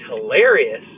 hilarious